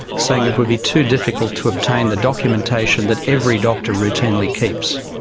saying it would be too difficult to obtain the documentation that every doctor routinely keeps.